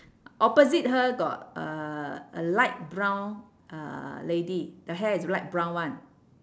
opposite her got uh a light brown uh lady the hair is light brown [one]